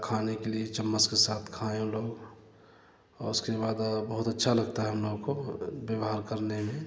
खाने के लिए चम्मच के साथ खाएँ लोग और उसके बाद और बहुत अच्छा लगता है हम लोग को व्यवहार करने में